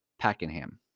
Pakenham